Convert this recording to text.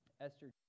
Esther